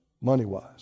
money-wise